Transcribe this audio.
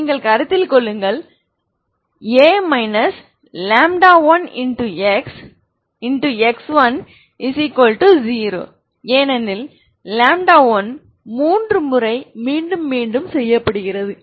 நீங்கள் கருத்தில் கொள்ளுங்கள்A 1IX10 ஏனெனில் 1 மூன்று முறை மீண்டும் மீண்டும் செய்யப்படுகிறது